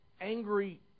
angry